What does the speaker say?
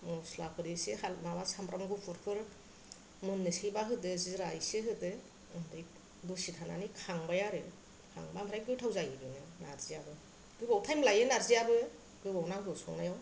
मस्लाफोर एसे माबा सामब्राम गुफुरफोर मोननोसैबा होदो जिरा एसे होदो ओमफ्राय दसे थानानै खांबाय आरो ओमफ्राय गोथाव जायो बिदिनो नारजियाबो गोबोव टाइम लायो नारजियाबो गोबाव नांगौ संनायाव